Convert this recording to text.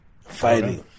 Fighting